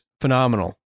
phenomenal